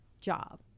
job